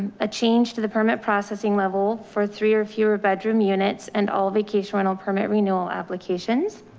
a change to the permit processing level for three or fewer bedroom units and all vacation rental permit renewal applications.